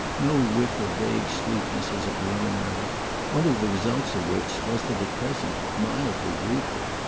no whiff of vague sweetness, as a preliminary one of the results of which was that at present, mildly rueful,